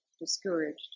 discouraged